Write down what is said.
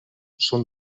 són